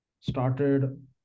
started